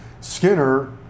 Skinner